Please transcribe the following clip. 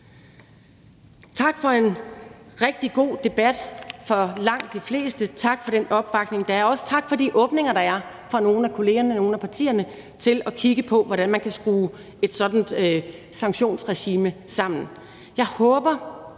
Tak for en rigtig god debat. For langt de fleste tak for den opbakning, der er, og også tak for de åbninger, der er fra nogle af kollegerne, nogle af partierne, til at kigge på, hvordan man kan skrue et sådant sanktionsregime sammen.